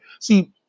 see